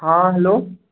آ ہیٚلو